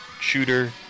Shooter